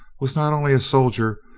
was not only a soldier,